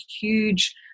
huge